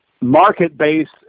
market-based